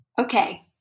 Okay